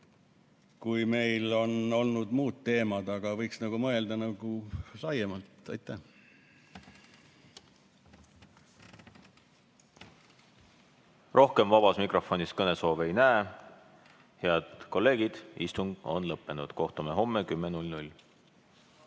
kui meil on olnud muud teemad. Aga võiks mõelda laiemalt. Aitäh! Rohkem vabas mikrofonis kõnesoove ei näe. Head kolleegid, istung on lõppenud. Kohtume homme kell